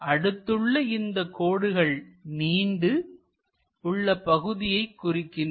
அடுத்துள்ள இந்த கோடுகள் நீண்டு உள்ள பகுதியை குறிக்கின்றது